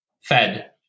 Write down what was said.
fed